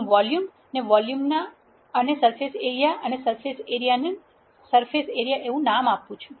હું વોલ્યુમ ને વોલ્યુમ અને સરફેસ એરીયા અને સરફેસ એરીયા નામ આપુ છું